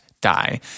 die